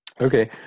okay